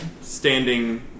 standing